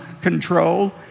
control